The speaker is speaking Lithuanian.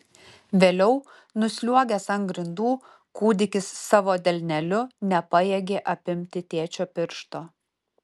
vėliau nusliuogęs ant grindų kūdikis savo delneliu nepajėgė apimti tėčio piršto